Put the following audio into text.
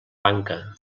banca